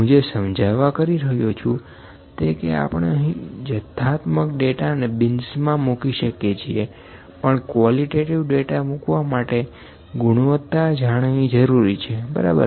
હું જે સમજાવવા કરી રહ્યો છું તે કે આપણે અહી જથાત્મકત ડેટા ને બીન્સ મા મુકી શકીએ છીએ પણ કવોલીટેટીવ ડેટા મૂકવા માટે ગુણવતા જાણવી જરૂરી છે બરાબર